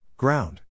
Ground